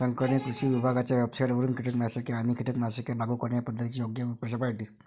शंकरने कृषी विभागाच्या वेबसाइटवरून कीटकनाशके आणि कीटकनाशके लागू करण्याच्या पद्धतीची योग्य रूपरेषा पाहिली